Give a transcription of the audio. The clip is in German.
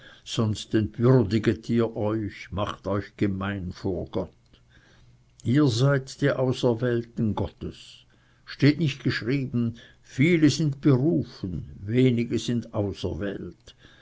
sonst entwürdiget ihr euch macht euch gemein vor gott ihr seid die auserwählten gottes steht nicht geschrieben viele sind berufen wenige sind auserwählt